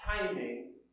timing